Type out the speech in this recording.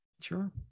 Sure